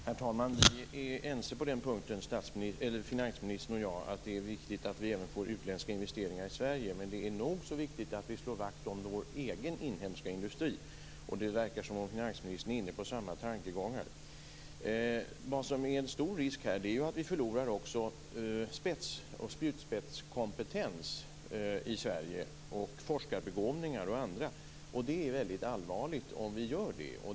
Herr talman! Vi är ense på den punkten, finansministern och jag. Det är viktigt att vi även får utländska investeringar i Sverige. Men det är nog så viktigt att vi slår vakt om vår egen inhemska industri. Det verkar som att finansministern är inne på samma tankegångar. En stor risk är att vi i Sverige förlorar spets och spjutspetskompetens samt forskarbegåvningar. Det vore väldigt allvarligt.